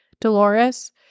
Dolores